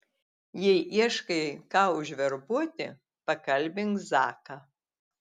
jei ieškai ką užverbuoti pakalbink zaką